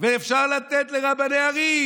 ושאפשר לתת לרבני ערים,